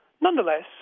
Nonetheless